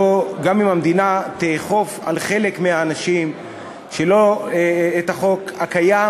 גם אם המדינה תאכוף על חלק מהאנשים את החוק הקיים,